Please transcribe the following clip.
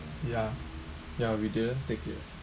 ya ya we didn't take it